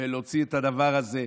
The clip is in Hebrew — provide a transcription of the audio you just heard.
ולהוציא את הדבר הזה,